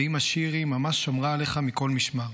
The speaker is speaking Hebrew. ואימא שירי ממש שמרה עליך מכל משמר.